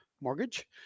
Mortgage